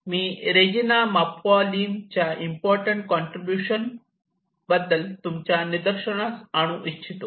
मी Regina Mapua लिमच्या important contribution तुमच्या निदर्शनास आणू इच्छितो